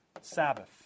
Sabbath